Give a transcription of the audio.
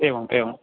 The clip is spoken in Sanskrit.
एवम् एवम्